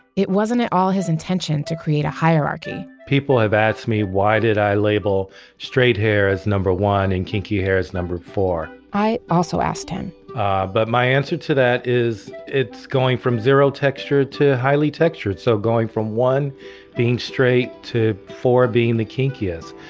it wasn't at all his intention to create a hierarchy people have asked me, why did i label straight hair as number one and kinky hair as number four? i also asked him but my answer to that that is, it's going from zero texture to highly textured, so going from one being straight to four being the kinkiest.